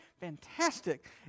fantastic